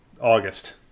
August